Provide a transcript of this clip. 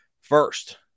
First